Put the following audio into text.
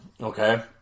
Okay